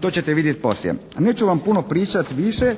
To ćete vidjeti poslije. Neću vam puno pričati više